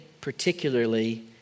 particularly